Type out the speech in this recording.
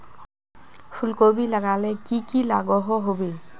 फूलकोबी लगाले की की लागोहो होबे?